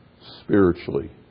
spiritually